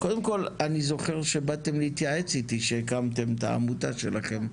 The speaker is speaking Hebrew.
אני זוכר שבאתם להתייעץ איתי כשהקמתם את העמותה שלכם.